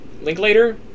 Linklater